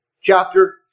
chapter